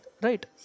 Right